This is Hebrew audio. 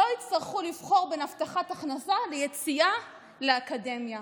לא יצטרכו לבחור בין הבטחת הכנסה ליציאה לאקדמיה.